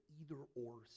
either-or